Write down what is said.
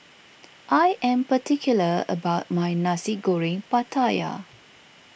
I am particular about my Nasi Goreng Pattaya